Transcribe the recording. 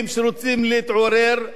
אין פלסטינים ואין ערבים,